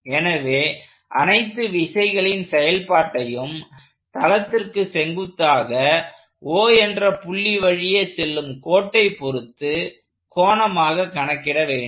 எனவே அனைத்து விசைகளின் செயல்பாட்டையும் தளத்திற்கு செங்குத்தாக O என்ற புள்ளி வழியே செல்லும் கோட்டை பொருத்து கோணமாக கணக்கிட வேண்டும்